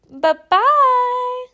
Bye-bye